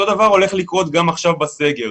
אותו דבר הולך לקרות גם עכשיו בסגר.